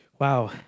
wow